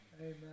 Amen